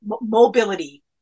mobility